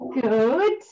Good